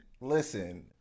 listen